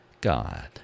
God